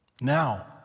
now